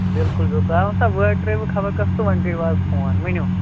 بِلکُل بِلکُل اہن سا ووٹ ترٛٲیوٕ خَبَر کَس تہٕ وۄنۍ کٔرِو اَز فون ؤنِو